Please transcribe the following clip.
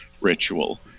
Ritual